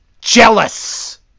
jealous